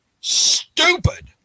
stupid